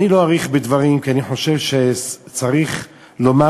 לא אאריך בדברים כי אני חושב שצריך לומר